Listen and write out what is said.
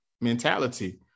mentality